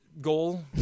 goal